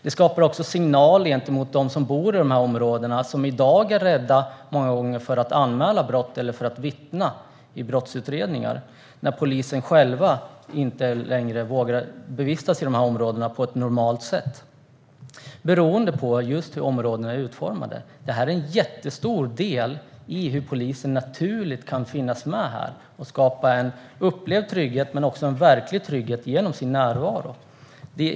När polisen själv inte längre vågar vistas i de här områdena på ett normalt sätt, beroende på hur områdena är utformade, skapar det också signaler gentemot dem som bor i de här områdena och som i dag många gånger är rädda för att anmäla brott eller för att vittna i brottsutredningar. Det här är en jättestor del i hur polisen naturligt kan finnas med här och skapa en upplevd trygghet men också en verklig trygghet genom sin närvaro.